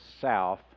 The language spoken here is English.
south